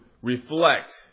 reflect